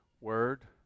word